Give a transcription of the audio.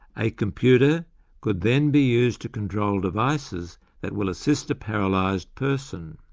a computer could then be used to control devices that will assist a paralysed person.